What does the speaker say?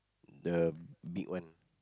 the big one